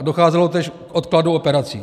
Docházelo též k odkladu operací.